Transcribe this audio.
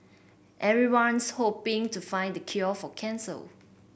everyone's hoping to find the cure for cancer